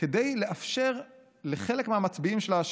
כדי לאפשר לחלק מהמצביעים שלה,